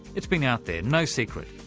it's been out there, no secret.